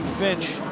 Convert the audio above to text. finch.